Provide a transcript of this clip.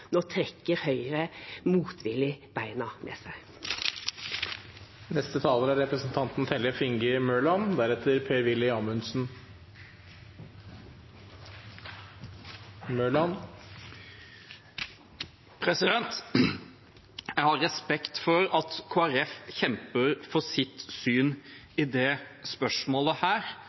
Nå sleper Høyre motvillig beina etter seg. Jeg har respekt for at Kristelig Folkeparti kjemper for sitt syn i dette spørsmålet – det